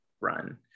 run